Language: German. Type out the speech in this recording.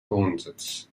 wohnsitz